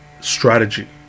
strategy